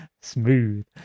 Smooth